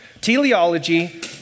Teleology